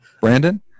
Brandon